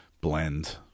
blend